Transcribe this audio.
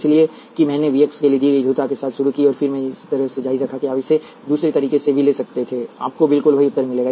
इसलिए कि मैंने v x के लिए दी गई ध्रुवता के साथ शुरुआत की और फिर मैंने इस तरह से जारी रखा कि आप इसे दूसरे तरीके से भी ले सकते थे आपको बिल्कुल वही उत्तर मिलेगा